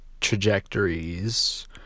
trajectories